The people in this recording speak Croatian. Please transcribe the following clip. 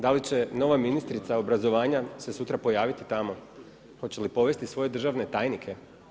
Da li će nova ministrica obrazovanja se sutra pojaviti tamo, hoće li povesti svoje državne tajnike.